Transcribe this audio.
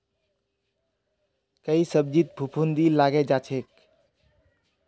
कई सब्जित फफूंदी लगे जा छे